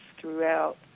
throughout